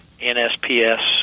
NSPS